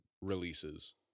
releases